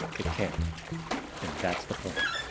it can't and that's the point.